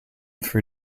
for